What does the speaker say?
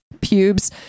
pubes